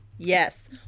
Yes